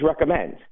recommend